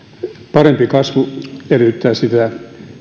parempi kasvu taas edellyttää sitä